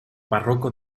párroco